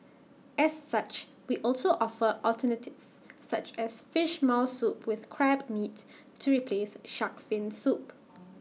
as such we also offer alternatives such as Fish Maw Soup with Crab meat to replace Shark's fin soup